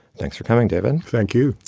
thanks for coming, devon. thank you.